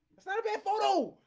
it's not a bad photo.